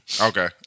Okay